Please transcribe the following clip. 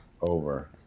over